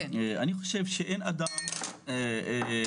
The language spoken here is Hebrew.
אני חושב שאין אדם מוגבל,